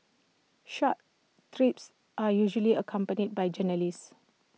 such trips are usually accompanied by journalists